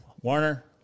warner